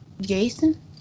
Jason